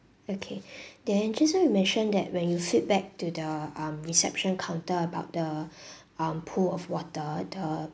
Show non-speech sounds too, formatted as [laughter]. okay [breath] then just now you mentioned that when you feedback to the um reception counter about the [breath] um pool of water the